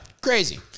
Crazy